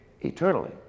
eternally